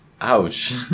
ouch